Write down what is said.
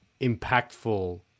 impactful